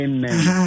Amen